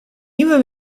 nieuwe